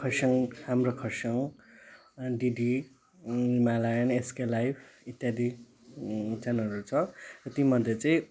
खरसाङ हाम्रो Kurseong DD Himalayan SK live इत्यादि च्यानलहरू छ तीमध्ये चैँ